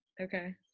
Okay